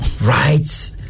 right